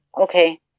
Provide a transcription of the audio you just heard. Okay